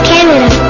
Canada